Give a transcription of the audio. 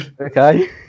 Okay